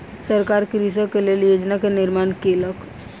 सरकार कृषक के लेल योजना के निर्माण केलक